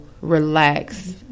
relax